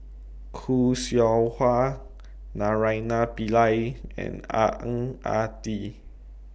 Khoo Seow Hwa Naraina Pillai and Ah Ang Ah Tee